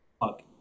fuck